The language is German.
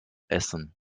essen